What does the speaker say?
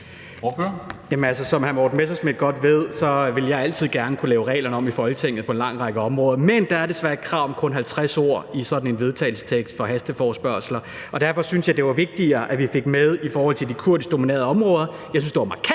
hr. Morten Messerschmidt godt ved, vil jeg altid gerne kunne lave reglerne om i Folketinget på en lang række områder, men der er desværre et krav om kun 50 ord i sådan et forslag til vedtagelse i hasteforespørgsler, og derfor syntes jeg, det var vigtigere, at vi fik det med i forhold til de kurdiskdominerede områder, og jeg syntes, det var markant